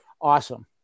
awesome